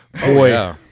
Boy